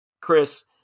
Chris